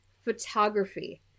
photography